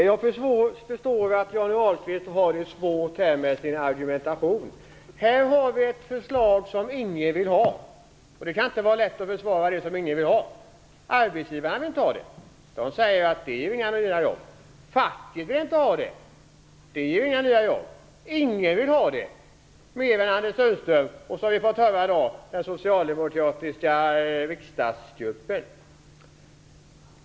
Fru talman! Jag förstår att Johnny Ahlqvist har det svårt med sin argumentation. Här har vi ett förslag som ingen vill ha. Det kan inte vara lätt att försvara det som ingen vill ha. Arbetsgivarna vill inte ha det. De säger: Det ger inga nya jobb. Facket vill inte ha det: Det ger inga nya jobb. Ingen vill ha det, mer än Anders Sundström och, som vi fått höra i dag, den socialdemokratiska riksdagsgruppen.